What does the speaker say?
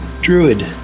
Druid